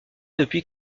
depuis